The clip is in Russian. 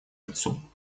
отцу